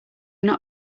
not